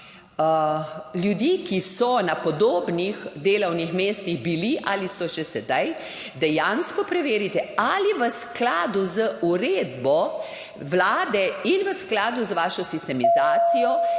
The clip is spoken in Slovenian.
ljudi, ki so na podobnih delovnih mestih bili ali so še sedaj, dejansko preverite, ali je v skladu z uredbo Vlade in v skladu z vašo sistemizacijo